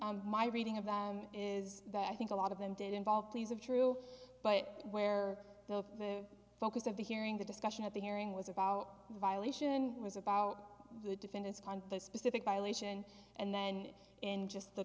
and my reading of them is that i think a lot of them did involve pleas of true but where the focus of the hearing the discussion at the hearing was about the violation was about the defendant's the specific violation and then in just the